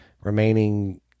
remaining